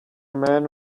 man